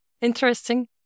interesting